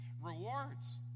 rewards